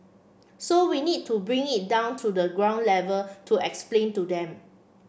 so we need to bring it down to the ground level to explain to them